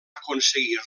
aconseguir